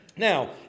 Now